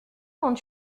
quand